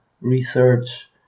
research